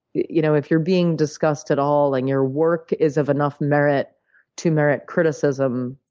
you know if you're being discussed at all, and your work is of enough merit to merit criticism,